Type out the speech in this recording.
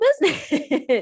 business